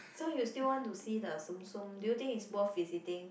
so you still want to see the zoom zoom do you think its worth visiting